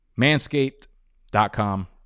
Manscaped.com